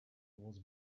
was